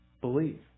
Believe